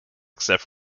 except